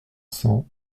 cents